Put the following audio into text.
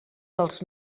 dels